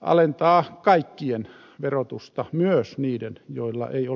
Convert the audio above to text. alentaa kaikkien verotusta myös niiden joilla ei ole